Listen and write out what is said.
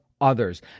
others